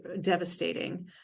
devastating